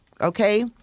okay